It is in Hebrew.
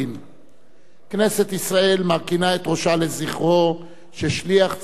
כנסת ישראל מרכינה את ראשה לזכרו של שליח ציבור הגון זה,